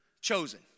Chosen